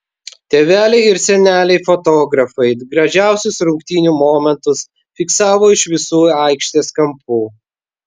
tėveliai ir seneliai fotografai gražiausius rungtynių momentus fiksavo iš visų aikštės kampų